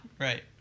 right